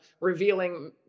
revealing